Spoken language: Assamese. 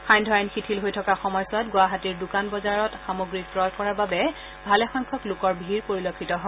সান্ধ্য আইন শিথিল হৈ থকা সময়ছোৱাত গুৱাহাটীৰ দোকান বজাৰ সামগ্ৰী ক্ৰয় কৰাৰ বাবে ভালেসংখ্যক লোকৰ ভীৰ পৰিলক্ষিত হয়